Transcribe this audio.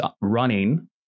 running